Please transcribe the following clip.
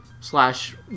Slash